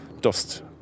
dust